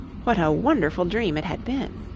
what a wonderful dream it had been.